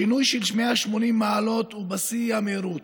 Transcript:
שינוי של 180 מעלות ובשיא המהירות.